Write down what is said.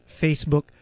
Facebook